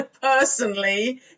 personally